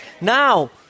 Now